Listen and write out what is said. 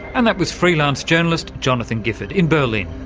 and that was freelance journalist jonathan gifford in berlin.